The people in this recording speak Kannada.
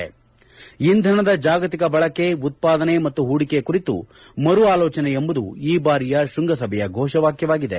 ಇಂಧನದ ಜಾಗತಿಕ ಬಳಕೆ ಉತ್ಪಾದನೆ ಮತ್ತು ಹೂಡಿಕೆ ಕುರಿತು ಮರು ಆಲೋಚನೆ ಎಂಬುದು ಈ ಬಾರಿಯ ಶ್ಯಂಗಸಭೆಯ ಘೋಷವಾಕ್ಲವಾಗಿದೆ